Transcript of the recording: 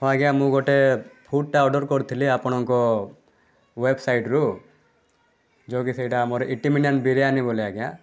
ହଁ ଆଜ୍ଞା ମୁଁ ଗୋଟେ ଫୁଡ଼ଟା ଅର୍ଡ଼ର୍ କରିଥିଲି ଆପଣଙ୍କ ୱେବ୍ସାଇଟ୍ରୁ ଯେଉଁକି ସେଇଟା ଆମ ଇଟିମିମା ବିରିୟାନୀ ବୋଲି ଆଜ୍ଞା